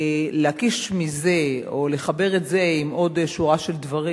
להקיש מזה או לחבר את זה עם עוד שורה של דברים,